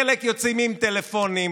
חלק יוצאים עם טלפונים,